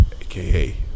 aka